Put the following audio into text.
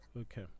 Okay